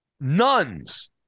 nuns